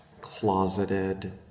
closeted